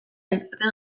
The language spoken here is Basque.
izaten